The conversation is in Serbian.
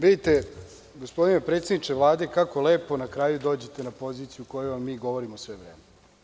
Vidite, gospodine predsedniče Vlade, kako lepo na kraju dođete na poziciju o kojoj vam mi govorimo sve vreme.